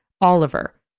Oliver